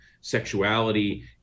sexuality